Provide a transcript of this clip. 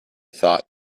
thought